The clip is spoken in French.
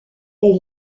est